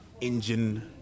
engine